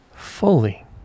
fully